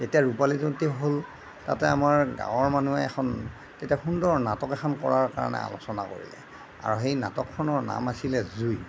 যেতিয়া ৰূপালী জয়ন্তী হ'ল তাতে আমাৰ গাঁৱৰ মানুহে এখন তেতিয়া সুন্দৰ নাটক এখন কৰাৰ কাৰণে আলোচনা কৰিলে আৰু সেই নাটকখনৰ নাম আছিলে জুই